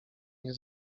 nie